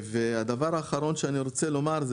הדבר האחרון שאני רוצה לומר.